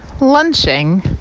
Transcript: Lunching